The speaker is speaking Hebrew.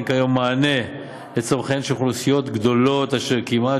כיום מענה על צורכיהן של אוכלוסיות גדולות אשר כמעט